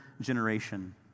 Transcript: generation